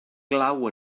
glaw